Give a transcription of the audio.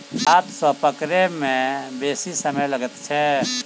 हाथ सॅ पकड़य मे बेसी समय लगैत छै